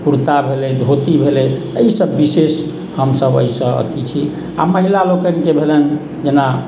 कुर्ता भेलै धोती भेलै एहिसब विशेष हमसब एहिसँ अथी छी आ महिला लोकनिके भेलनि जेना